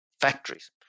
factories